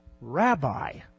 Rabbi